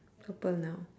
purple now